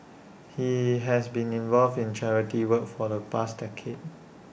he has been involved in charity work for the past decade